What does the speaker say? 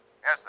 Yes